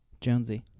Jonesy